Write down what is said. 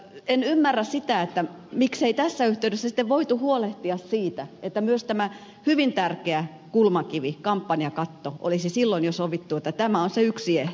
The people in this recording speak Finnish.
en ymmärrä sitä miksei tässä yhteydessä sitten voitu huolehtia siitä että olisi silloin jo sovittu että myös tämä hyvin tärkeä kulmakivi kampanjakatto olisi silloin jo sovittu että tämä on se yksi ehto